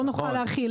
לא נוכל להחיל.